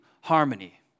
harmony